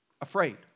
afraid